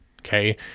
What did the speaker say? Okay